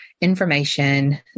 information